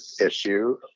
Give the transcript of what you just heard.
issue